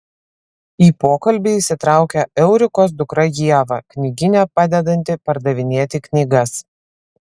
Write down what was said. į pokalbį įsitraukia eurikos dukra ieva knygyne padedanti pardavinėti knygas